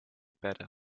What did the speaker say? better